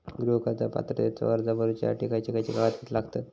गृह कर्ज पात्रतेचो अर्ज भरुच्यासाठी खयचे खयचे कागदपत्र लागतत?